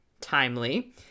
Timely